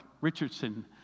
Richardson